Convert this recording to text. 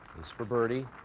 this for birdie.